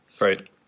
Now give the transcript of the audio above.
Right